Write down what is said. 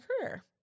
career